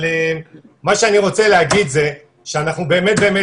אבל מה שאני רוצה להגיד זה שאנחנו באמת באמת,